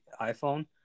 iPhone